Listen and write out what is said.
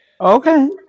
Okay